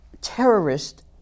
terrorist